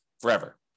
forever